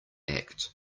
act